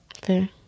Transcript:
Fair